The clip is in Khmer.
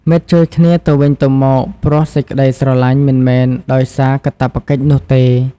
មិត្តជួយគ្នាទៅវិញទៅមកព្រោះសេចក្ដីស្រលាញ់មិនមែនដោយសារកាតព្វកិច្ចនោះទេ។